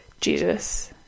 Jesus